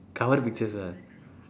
cover pictures ah